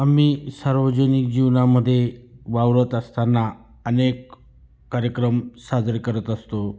आम्ही सार्वजनिक जीवनामध्ये वावरत असताना अनेक कार्यक्रम साजरे करत असतो